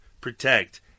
protect